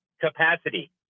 capacity